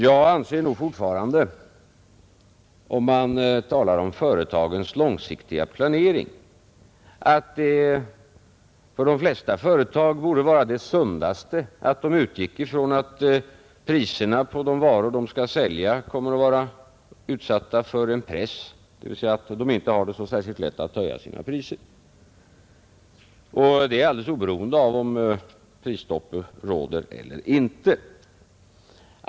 Jag anser nog fortfarande, om man talar om företagens långsiktiga planering, att det för de flesta företag borde vara det sundaste att de utgick från att priserna på de varor de skall sälja kommer att vara utsatta för en press, dvs. att de inte har det så lätt att höja sina priser, och det alldeles oberoende av om prisstopp råder eller inte.